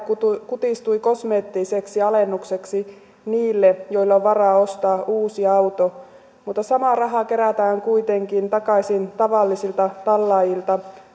kutistui kosmeettiseksi alennukseksi niille joilla on varaa ostaa uusi auto mutta samaa rahaa kerätään kuitenkin takaisin tavallisilta tallaajilta